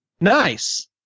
Nice